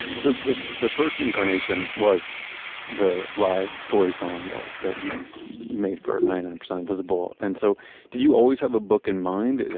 so the the first incarnation was the live story-song that that you made for ninety nine um percent invisible, and so did you always have a book in mind? and